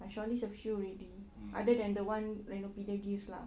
I shortlist a few already other than the one Renopedia give lah